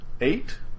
Eight